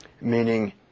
Meaning